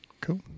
cool